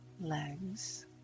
legs